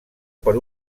per